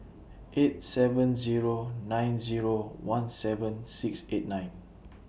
eight seven Zero nine Zero one seven six eight nine